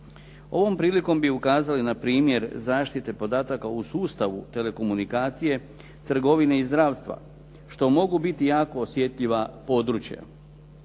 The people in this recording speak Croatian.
Ovom prilikom bi ukazali na primjer zaštite podataka u sustavu telekomunikacije, trgovine i zdravstva, što mogu biti jako osjetljiva područja.